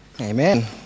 Amen